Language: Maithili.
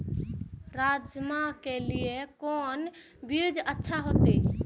राजमा के लिए कोन बीज अच्छा होते?